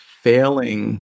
failing